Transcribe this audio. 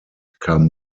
kam